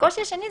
והקושי השני,